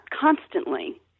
constantly